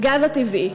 הגז הטבעי.